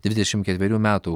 dvidešimt ketverių metų